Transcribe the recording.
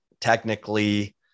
Technically